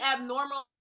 abnormal